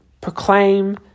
proclaim